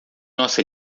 nossa